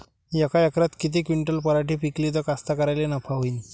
यका एकरात किती क्विंटल पराटी पिकली त कास्तकाराइले नफा होईन?